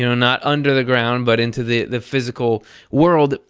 you know not under the ground, but into the the physical world.